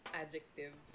adjective